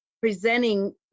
presenting